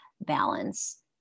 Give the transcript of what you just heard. balance